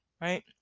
right